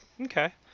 Okay